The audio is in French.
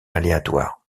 aléatoire